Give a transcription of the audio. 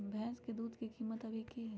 भैंस के दूध के कीमत अभी की हई?